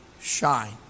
shine